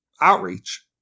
outreach